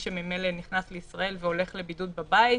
שממילא נכנס לישראל והולך לבידוד בבית,